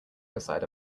beside